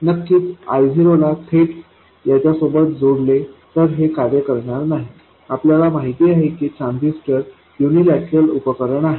नक्कीच I0 ला थेट याच्यासोबत जोडले तर हे कार्य करणार नाही आपल्याला माहिती आहे की ट्रान्झिस्टर यूनिलैटरल उपकरण आहे